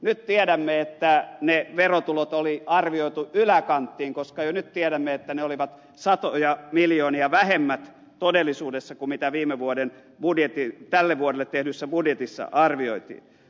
nyt tiedämme että ne verotulot oli arvioitu yläkanttiin koska jo nyt tiedämme että niitä oli satoja miljoonia vähemmän todellisuudessa kuin mitä tälle vuodelle tehdyssä budjetissa arvioitiin